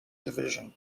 division